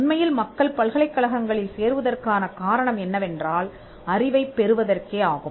உண்மையில் மக்கள் பல்கலைக்கழகங்களில் சேருவதற்கான காரணம் என்னவென்றால் அறிவைப் பெறுவதற்கே ஆகும்